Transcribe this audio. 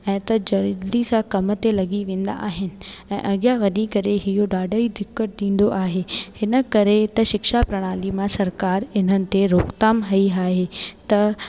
ऐं त जल्दी सां कम ते लॻी वेंदा आहिनि ऐं अॻियां वञी करे इहो ॾाढी दिक़त ॾींदो आहे हिन करे त शिक्षा प्रणाली में मां सरकार हिननि ते रोकताम हई आहे त